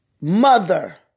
Mother